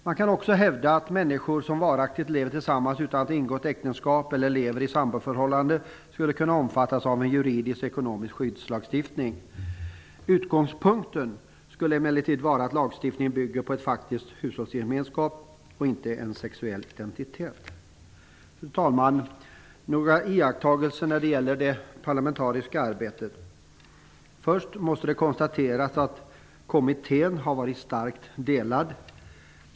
Man kan också hävda att människor som varaktigt lever tillsammans utan att ha ingått äktenskap eller som lever i ett samboförhållande skulle kunna omfattas av en juridisk och ekonomisk skyddslagstiftning. Utgångspunkten skulle emellertid vara att lagstiftningen bygger på en faktisk hushållsgemenskap och inte på en sexuell identitet. Fru talman! Jag vill redovisa några iakttagelser när det gäller det parlamentariska arbetet. Först måste det konstateras att kommittén har varit starkt delad.